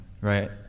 right